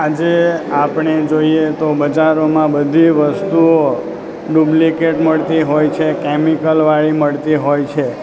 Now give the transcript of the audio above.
આજે આપણે જોઈએ તો બજારોમાં બધી વસ્તુઓ ડુબ્લિકેટ મળતી હોય છે કેમિકલવાળી મળતી હોય છે